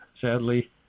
sadly